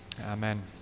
amen